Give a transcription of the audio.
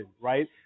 right